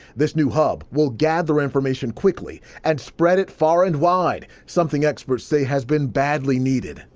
this new hub will gather information quickly and spread it far and wide. something experts say has been badly needed.